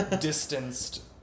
distanced